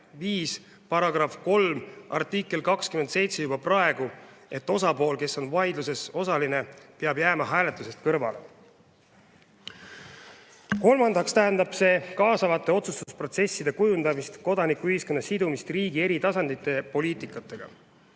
artikkel 27 juba praegu, et osapool, kes on osa vaidluses osaline, peab jääma hääletusest kõrvale. Kolmandaks tähendab see kaasavate otsustusprotsesside kujundamist, kodanikuühiskonna sidumist riigi eri tasandite poliitikaga.